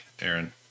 Aaron